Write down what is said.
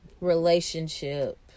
relationship